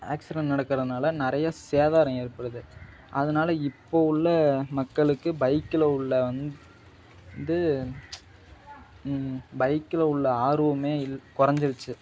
accident நடக்கிறதுனால நிறைய சேதாரம் ஏற்படுது அதனால் இப்போது உள்ள மக்களுக்கு பைக்கில் உள்ள வந் வந்து பைக்கில் உள்ள ஆர்வமே இல் குறஞ்சிருச்சி